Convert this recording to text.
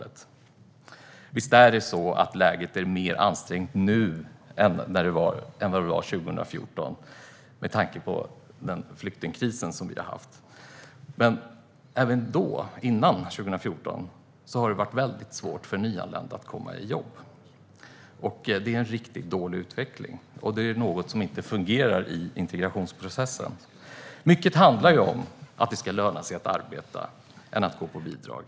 Med tanke på flyktingkrisen är läget självklart mer ansträngt nu än det var 2014. Men även före 2014 var det svårt för nyanlända att komma i jobb. Utvecklingen är riktigt dålig, och något i integrationsprocessen verkar inte fungera. Mycket handlar om att det ska löna sig mer att arbeta än att gå på bidrag.